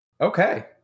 Okay